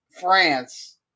France